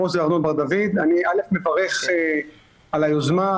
אני מברך על היוזמה,